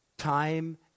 Time